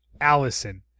Allison